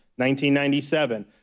1997